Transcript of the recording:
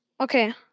okay